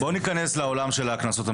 בוא ניכנס לעולם של הקנסות המינהליים.